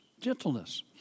Gentleness